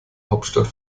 hauptstadt